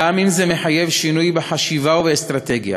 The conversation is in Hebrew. גם אם זה מחייב שינוי בחשיבה ובאסטרטגיה